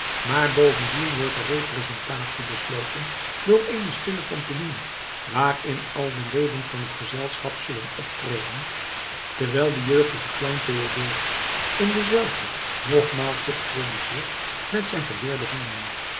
maar bovendien wordt de representatie besloten door een stille pantomine waarin al de leden van het gezelschap zullen optreden terwijl de jeugdige clown theodorus in dezelve nogmaals zich produceert met zijn geleerde honden